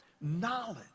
knowledge